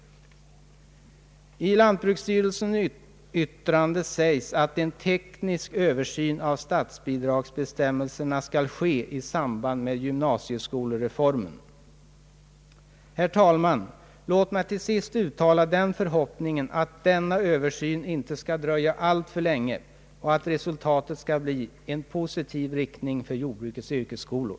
I lantbruksstyrelsens yttrande sägs att en teknisk översyn av statsbidragsbestämmelserna skall ske i samband med gymnasieskolreformen. Låt mig till sist uttala förhoppningen att denna översyn inte skall dröja alltför länge, och att resultatet skall gå i en positiv riktning för jordbrukets yrkesskolor.